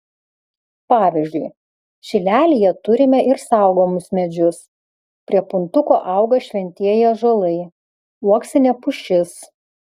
pavyzdžiui šilelyje turime ir saugomus medžius prie puntuko auga šventieji ąžuolai uoksinė pušis